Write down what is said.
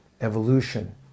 evolution